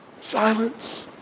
Silence